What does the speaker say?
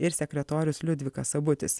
ir sekretorius liudvikas sabutis